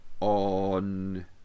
on